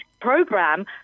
program